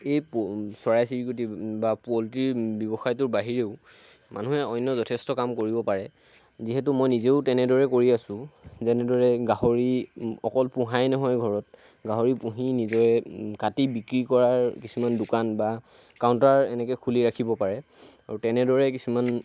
এই পু চৰাই চিৰিকটি বা পউলট্ৰিৰ ব্যৱসায়টোৰ বাহিৰেও মানুহে অন্য যথেষ্ট কাম কৰিব পাৰে যিহেতু মই নিজেও তেনেদৰেই কৰি আছোঁ যেনেদৰে গাহৰি অকল পোহাই নহয় ঘৰত গাহৰি পুহি নিজে কাটি বিক্ৰী কৰাৰ কিছুমান দোকান বা কাউণ্টাৰ এনেকৈ খুলি ৰাখিব পাৰে আৰু তেনেদৰে কিছুমান